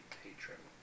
patron